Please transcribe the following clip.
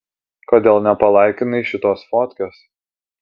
kodėl nepalaikinai šitos fotkės